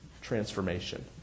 transformation